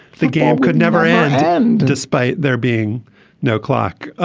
the game could never end despite there being no clock.